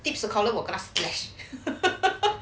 tips collar work after flesh